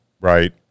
right